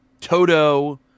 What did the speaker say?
toto